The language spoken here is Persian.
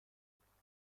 نمیتوانم